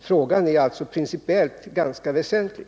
Frågan är alltså principiellt ganska väsentlig.